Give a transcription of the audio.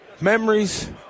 memories